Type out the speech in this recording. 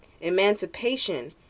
Emancipation